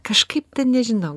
kažkaip ten nežinau